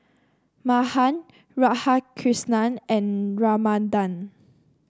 Mahan Radhakrishnan and Ramanand